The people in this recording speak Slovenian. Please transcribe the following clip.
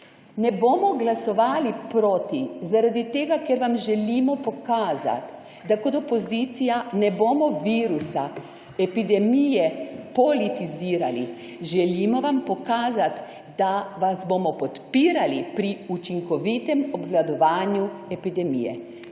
Ne bomo glasovali proti, zaradi tega ker vam želimo pokazati, da kot opozicija ne bomo virusa epidemije politizirati. Želimo vam pokazati, da vas bomo podpirali pri učinkovitem obvladovanju epidemije.